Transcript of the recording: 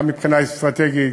גם מבחינה אסטרטגית,